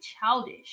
childish